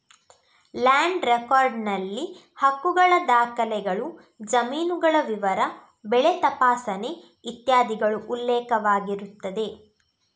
land record ನಲ್ಲಿ ಹಕ್ಕುಗಳ ದಾಖಲೆಗಳು, ಜಮೀನುಗಳ ವಿವರ, ಬೆಳೆ ತಪಾಸಣೆ ಇತ್ಯಾದಿಗಳು ಉಲ್ಲೇಖವಾಗಿರುತ್ತದೆ